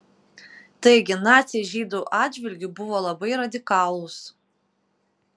taigi naciai žydų atžvilgiu buvo labai radikalūs